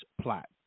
plot